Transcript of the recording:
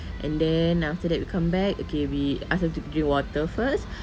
and then after that we come back okay we ask them to drink water first